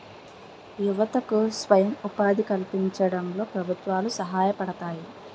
యువతకు స్వయం ఉపాధి కల్పించడంలో ప్రభుత్వాలు సహాయపడతాయి